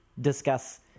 discuss